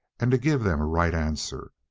and to give them a right answer,